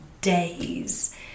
days